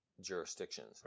jurisdictions